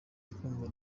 twumva